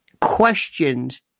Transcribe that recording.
questions